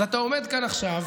אז אתה עומד כאן עכשיו,